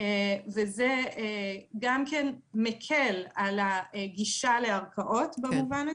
וזה גם מקל על הגישה לערכאות במובן הזה.